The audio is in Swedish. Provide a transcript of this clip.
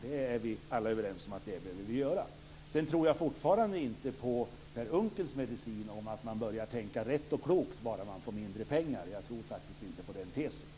Det är vi alla överens om att vi behöver göra. Sedan tror jag fortfarande inte på Per Unckels medicin, att man börjar att tänka rätt och klokt bara man får mindre pengar. Jag tror faktiskt inte på den tesen.